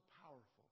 powerful